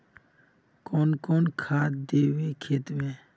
कौन कौन खाद देवे खेत में?